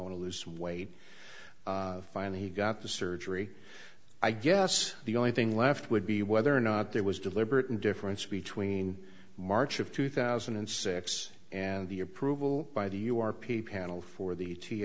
to lose weight finally he got the surgery i guess the only thing left would be whether or not there was deliberate and difference between march of two thousand and six and the approval by the you are people handle for the t